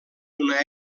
una